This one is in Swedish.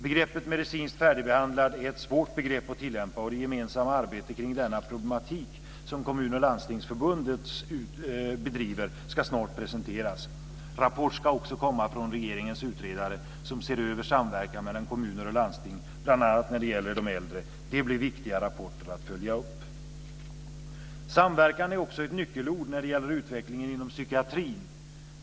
Begreppet medicinskt färdigbehandlad är ett svårt begrepp att tillämpa, och det gemensamma arbetet kring denna problematik som Kommun och Landstingsförbunden bedriver ska snart presenteras. Rapport ska också komma från regeringens utredare som ser över samverkan mellan kommuner och landsting bl.a. när det gäller de äldre. Det blir viktiga rapporter att följa upp. Samverkan är också ett nyckelord när det gäller utvecklingen inom psykiatrin.